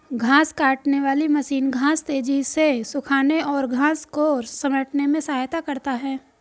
घांस काटने वाली मशीन घांस तेज़ी से सूखाने और घांस को समेटने में सहायता करता है